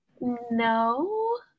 no